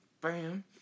Bam